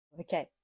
Okay